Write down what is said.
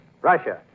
Russia